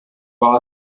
war